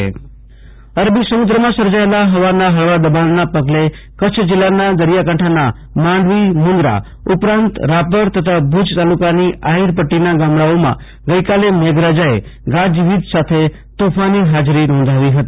આશુ તોષ અંતાણી કચ્છ વરસાદ અરબી સમુદ્રમાં સર્જાયેલા ફવાના ફળવા દબાણના પગલે કચ્છ જિલ્લાના દરિયાકાંઠાના માંડવી મુન્દ્રા ઉપરાંત રાપર તથા ભુજ તાલુકાની આહિર પદીના ગામડાઓમાં ગઈકાલે મેઘરાજાએ ગાજવીજ સાથે તોફાની હાજરી નોંધાવી હતી